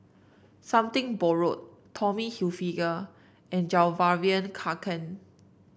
Something Borrowed Tommy Hilfiger and Fjallraven Kanken